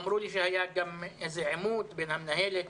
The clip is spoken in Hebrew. אמרו לי שהיה גם איזה עימות בין המנהלת